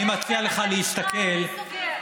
אני לא מצליח לתת את משפט הסיכום.